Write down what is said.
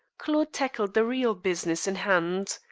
claude tackled the real business in hand.